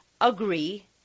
agree